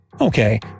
Okay